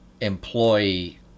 employee